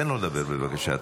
תן לו לדבר, בבקשה.